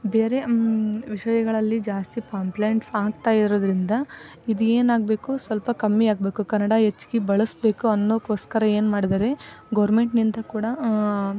ಬೇರೆ ವಿಷಯಗಳಲ್ಲಿ ಜಾಸ್ತಿ ಪಾಂಪ್ಲೇಂಟ್ಸ್ ಆಗ್ತಾ ಇರೋದರಿಂದ ಇದು ಏನಾಗಬೇಕು ಸ್ವಲ್ಪ ಕಮ್ಮಿ ಆಗಬೇಕು ಕನ್ನಡ ಹೆಚ್ಗಿ ಬಳಸಬೇಕು ಅನ್ನೋದ್ಕೋಸ್ಕರ ಏನು ಮಾಡಿದ್ದಾರೆ ಗೋರ್ಮೆಂಟ್ನಿಂದ ಕೂಡ